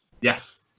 Yes